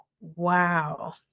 wow